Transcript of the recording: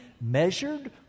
measured